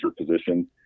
position